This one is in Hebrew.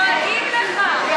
דואגים לך.